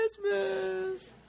Christmas